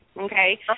Okay